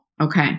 Okay